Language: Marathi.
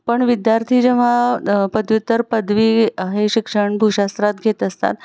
पण विद्यार्थी जेव्हा पदव्युत्तर पदवी हे शिक्षण भूशास्त्रात घेत असतात